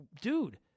dude